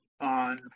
on